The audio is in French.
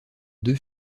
deux